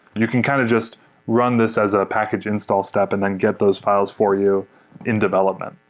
you can kind of just run this as a package install step and then get those files for you in development.